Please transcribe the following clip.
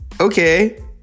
okay